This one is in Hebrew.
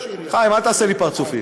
חיים, אל תעשה לי פרצופים.